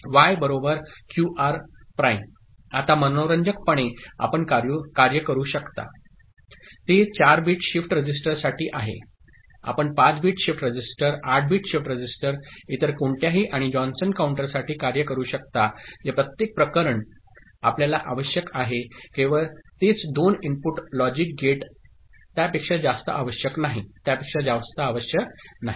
Y QR' आता मनोरंजकपणे आपण कार्य करू शकता ते 4 बिट शिफ्ट रजिस्टरसाठी आहे आपण 5 bit shift register 8 bit shift register इतर कोणत्याही आणि जॉन्सन काउंटरसाठी कार्य करू शकता जे प्रत्येक प्रकरण आपल्याला आवश्यक आहे केवळ तेच २ इनपुट लॉजिक गेट त्यापेक्षा जास्त आवश्यक नाही त्यापेक्षा जास्त आवश्यक नाही